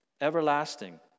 everlasting